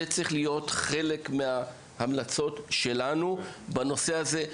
זה צריך להיות חלק מההמלצות שלנו בנושא הזה.